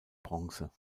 bronze